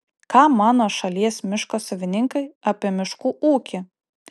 ką mano šalies miško savininkai apie miškų ūkį